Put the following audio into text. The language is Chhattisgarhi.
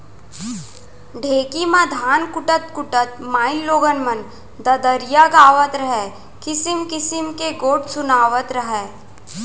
ढेंकी म धान कूटत कूटत माइलोगन मन ददरिया गावत रहयँ, किसिम किसिम के गोठ सुनातव रहयँ